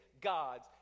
God's